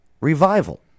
revival